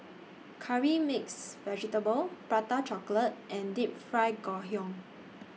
Curry Mixed Vegetable Prata Chocolate and Deep Fried Ngoh Hiang